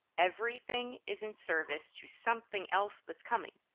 everything is in service to something else that's coming,